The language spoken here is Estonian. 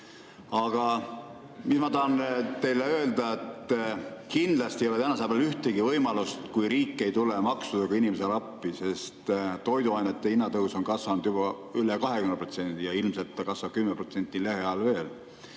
Aga ma tahan teile öelda, et kindlasti ei ole tänasel päeval ühtegi võimalust, kui riik ei tule maksudega inimestele appi, sest toiduainete hinnad on tõusnud juba üle 20% ja ilmselt tõusevad 10% lähiajal veel.